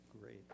Great